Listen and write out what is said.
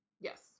yes